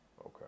Okay